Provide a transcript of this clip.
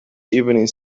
evening